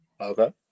Okay